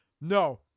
No